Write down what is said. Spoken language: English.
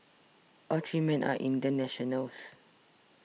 all three men are Indian nationals